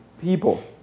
people